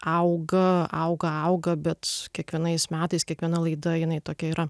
auga auga auga bet kiekvienais metais kiekviena laida jinai tokia yra